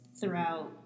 throughout